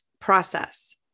process